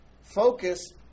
Focus